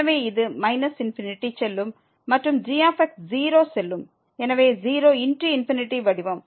எனவே இது ∞ க்கு செல்லும் மற்றும் g 0க்கு செல்லும் எனவே 0×∞ வடிவம்